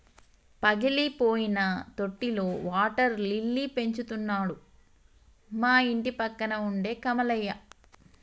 పగిలిపోయిన తొట్టిలో water lily పెంచుతున్నాడు మా ఇంటిపక్కన ఉండే కమలయ్య